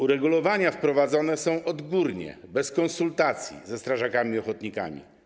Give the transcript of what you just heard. Uregulowania wprowadzane są odgórnie, bez konsultacji ze strażakami ochotnikami.